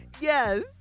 Yes